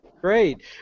Great